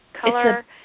color